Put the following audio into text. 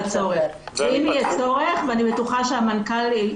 ואם יהיה צורך ואני בטוחה שהמנכ"ל איתי